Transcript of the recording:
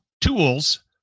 tools